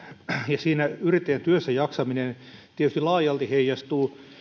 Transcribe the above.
ja siinä yrittäjän työssä jaksaminen tietysti laajalti heijastuu